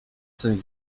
swym